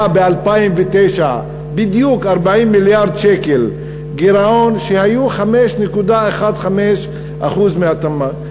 ב-2009 בדיוק 40 מיליארד שקל גירעון שהיו 5.15% מהתמ"ג,